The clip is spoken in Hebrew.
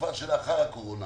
לתקופה שלאחר הקורונה.